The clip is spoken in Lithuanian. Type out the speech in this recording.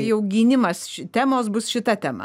jau gynimas temos bus šita tema taip